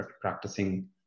practicing